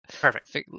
perfect